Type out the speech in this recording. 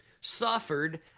suffered